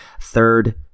third